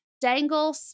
Dangle